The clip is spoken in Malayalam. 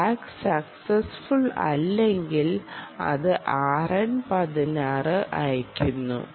ടാഗ് സക്സസ്ഫുൾ അല്ലെങ്കിൽ അത് RN 16 അയക്കുന്നു